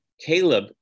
Caleb